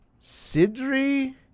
Sidri